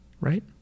right